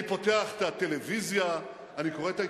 אני פותח את הטלוויזיה ואני קורא את העיתונים,